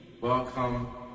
Welcome